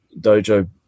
dojo